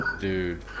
Dude